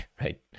right